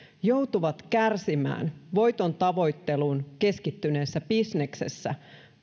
joutuvat kärsimään voitontavoitteluun keskittyneestä bisneksestä